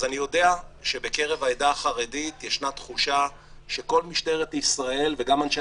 אז אני יודע שבקרב העדה החרדית ישנה תחושה שכל משטרת ישראל וגם אנשי